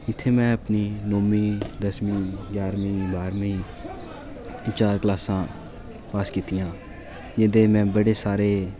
इत्थै मे अपमी नौमीं दसमीं ञारमीं बाह्रमीं एह् चार क्लासां में पास कीतियां जेह्दे च में बड़े सारे